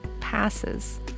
passes